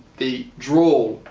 the drawl.